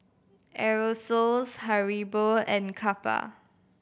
Aerosoles Haribo and Kappa